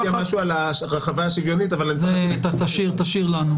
משהו על הרחבה השוויונית --- תשאיר לנו.